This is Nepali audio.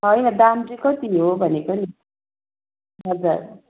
होइन दाम चाहिँ कति हो भनेको नि हजुर